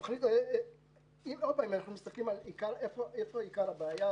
אם אנחנו מסתכלים איפה עיקר הבעיה,